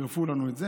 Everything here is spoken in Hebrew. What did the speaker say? צירפו לנו את זה.